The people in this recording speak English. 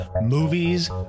Movies